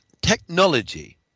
technology